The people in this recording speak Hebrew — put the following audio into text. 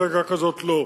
ממפלגה כזאת לא,